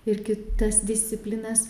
ir kitas disciplinas